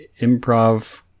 improv